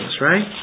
right